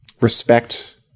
respect